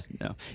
no